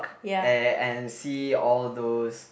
uh and and see all those